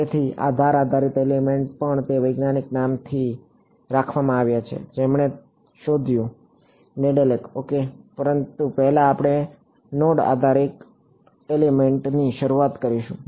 તેથી આ ધાર આધારિત એલિમેન્ટ પણ તે વૈજ્ઞાનિકના નામ પરથી રાખવામાં આવ્યા છે જેમણે તે શોધ્યું નેડેલેક ઓકે પરંતુ પહેલા આપણે નોડ આધારિત એલિમેન્ટથી શરૂઆત કરીશું